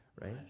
right